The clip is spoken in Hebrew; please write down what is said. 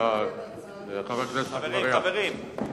חבר הכנסת אגבאריה,